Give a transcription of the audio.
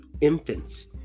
infants